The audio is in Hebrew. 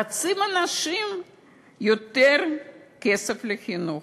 רוצים אנשים יותר כסף לחינוך,